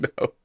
No